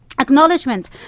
acknowledgement